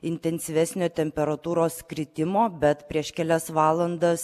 intensyvesnio temperatūros kritimo bet prieš kelias valandas